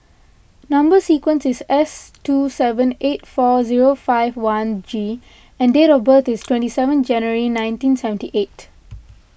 Number Sequence is S two seven eight four zero five one G and date of birth is twenty seven January nineteen seventy eight